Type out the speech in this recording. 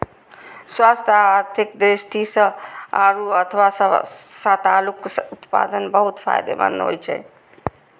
स्वास्थ्य आ आर्थिक दृष्टि सं आड़ू अथवा सतालूक उत्पादन बहुत फायदेमंद होइ छै